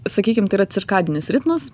sakykim tai yra cirkadinis ritmas